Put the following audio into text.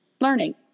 learning